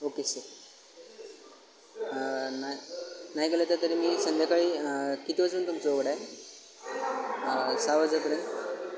okay sir नाही नाही गेलं तर तरी मी संध्याकाळी किती वाजून तुमचं उघडं आहे सहा वाजेपर्यंत